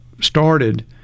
started